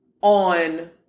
on